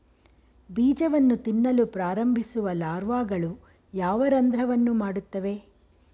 ಬೀಜವನ್ನು ತಿನ್ನಲು ಪ್ರಾರಂಭಿಸುವ ಲಾರ್ವಾಗಳು ಯಾವ ರಂಧ್ರವನ್ನು ಮಾಡುತ್ತವೆ?